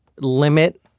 limit